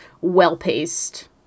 well-paced